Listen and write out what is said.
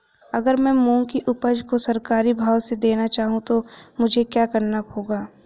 अगर मैं मूंग की उपज को सरकारी भाव से देना चाहूँ तो मुझे क्या करना होगा?